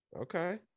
Okay